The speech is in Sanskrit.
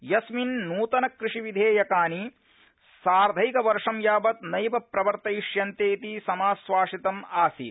यस्मिन् नृतनक्रषिविधेयकानि साधैंकवर्ष यावत् नैव प्रवर्तयिष्यन्ते इति समाश्वासितम आसीत